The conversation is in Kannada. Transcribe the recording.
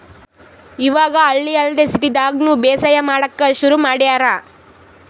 ಇವಾಗ್ ಹಳ್ಳಿ ಅಲ್ದೆ ಸಿಟಿದಾಗ್ನು ಬೇಸಾಯ್ ಮಾಡಕ್ಕ್ ಶುರು ಮಾಡ್ಯಾರ್